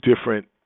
different